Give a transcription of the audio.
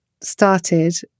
started